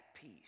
peace